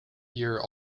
year